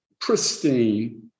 pristine